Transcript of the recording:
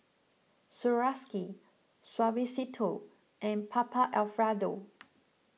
Swarovski Suavecito and Papa Alfredo